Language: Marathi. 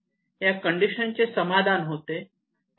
या कंडिशन चे समाधान होते